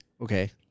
Okay